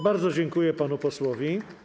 Bardzo dziękuję panu posłowi.